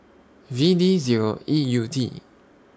V D Zero E U T